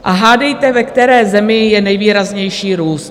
A hádejte, ve které zemi je nejvýraznější růst?